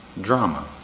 drama